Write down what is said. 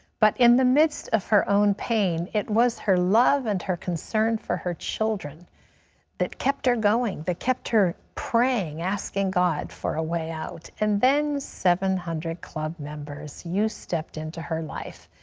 but in the midst of her own pain, it was her love and her concern for her children that kept her going, that kept her praying, asking god for a way out. and then seven hundred club members, you stepped into her life.